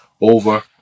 over